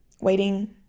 Waiting